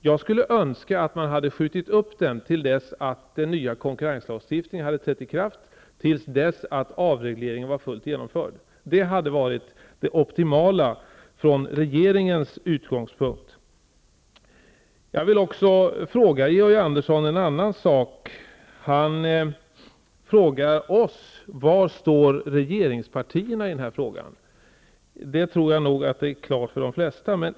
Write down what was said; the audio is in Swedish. Jag skulle önska att man hade skjutit upp den till dess att den nya konkurrenslagstiftningen hade trätt i kraft, till dess att avregleringen varit fullt genomförd. Det hade varit det optimala från regeringens utgångspunkt. Jag vill också fråga Georg Andersson en annan sak. Han frågar oss: Var står regeringspartierna i den här frågan? Det tror jag nog är klart för de flesta.